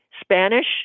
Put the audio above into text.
Spanish